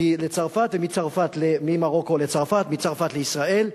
בצרפת, ממרוקו לצרפת ומצרפת לישראל.